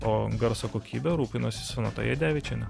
o garso kokybe rūpinasi sonata jadevičienė